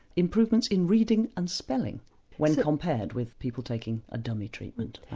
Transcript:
improvements in reading and spelling when compared with people taking a dummy treatment.